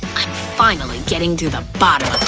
i'm finally getting to the bottom